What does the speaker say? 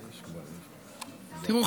תראו,